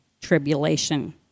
tribulation